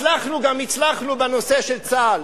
הצלחנו גם הצלחנו בנושא של צה"ל.